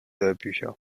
hörbücher